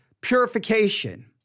purification